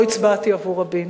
לא הצבעתי עבור רבין.